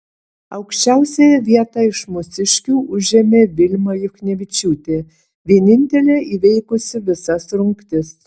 aukščiausiąją vietą iš mūsiškių užėmė vilma juchnevičiūtė vienintelė įveikusi visas rungtis